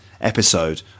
episode